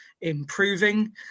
improving